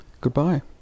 goodbye